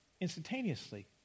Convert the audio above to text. Instantaneously